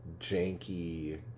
janky